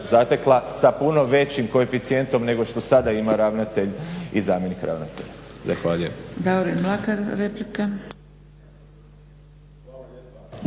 zatekla sa puno većim koeficijentom nego što sada ima ravnatelj i zamjenik ravnatelja.